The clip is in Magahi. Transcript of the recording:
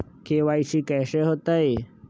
के.वाई.सी कैसे होतई?